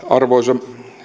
arvoisa